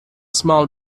small